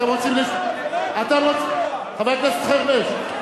אתם רוצים, חבר הכנסת חרמש.